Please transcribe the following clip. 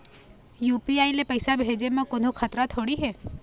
UPI ले पैसे भेजे म कोन्हो खतरा थोड़ी हे?